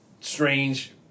Strange